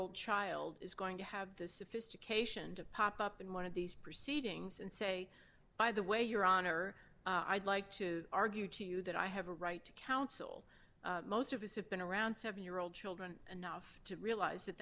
old child is going to have the sophistication to pop up in one of these proceedings and say by the way your honor i'd like to argue to you that i have a right to counsel most of us have been around seven year old children enough to realize that